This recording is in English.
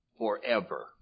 Forever